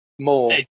More